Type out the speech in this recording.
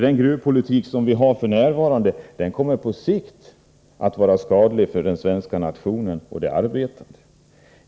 Den gruvpolitik som f.n. förs kommer på sikt att vara skadlig för den svenska nationen och de arbetande.